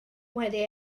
wedi